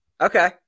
Okay